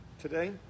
today